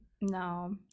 no